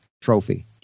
Trophy